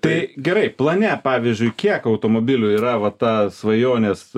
tai gerai plane pavyzdžiui kiek automobilių yra va ta svajonės